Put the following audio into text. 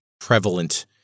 prevalent